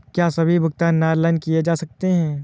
क्या सभी भुगतान ऑनलाइन किए जा सकते हैं?